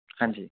ਹਾਂਜੀ